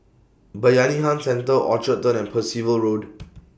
Bayanihan Centre Orchard Turn and Percival Road